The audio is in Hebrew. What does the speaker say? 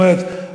זאת אומרת,